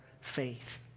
faith